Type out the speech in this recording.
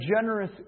generous